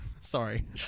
Sorry